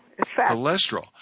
Cholesterol